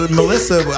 Melissa